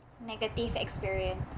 negative experience